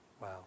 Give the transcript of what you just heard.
Wow